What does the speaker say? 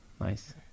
Nice